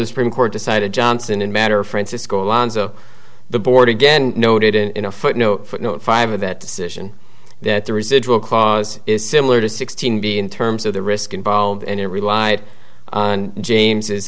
the supreme court decided johnson and matter francisco alonzo the board again noted in a footnote footnote five of that decision that the residual clause is similar to sixteen b in terms of the risk involved and it relied on james